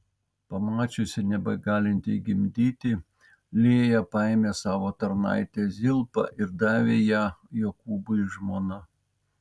pamačiusi nebegalinti gimdyti lėja paėmė savo tarnaitę zilpą ir davė ją jokūbui žmona